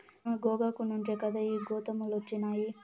మన గోగాకు నుంచే కదా ఈ గోతాములొచ్చినాయి